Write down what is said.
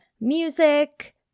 music